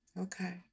Okay